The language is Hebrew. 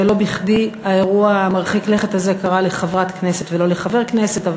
ולא בכדי האירוע המרחיק-לכת הזה קרה לחברת כנסת ולא לחבר כנסת.